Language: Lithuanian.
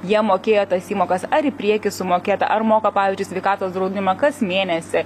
jie mokėjo tas įmokas ar į priekį sumokėta ar moka pavyzdžiui sveikatos draudimą kas mėnesį